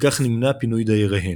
וכך נמנע פינוי דייריהן,